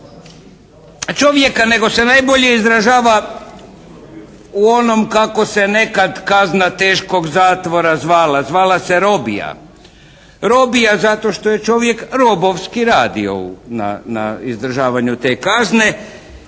čovjeka nego se najbolje izražava u onom kako se nekad kazna teškog zatvora zvala. Zvala se robija. Robija zato što je čovjek robovski radio na izdržavanju te kazne.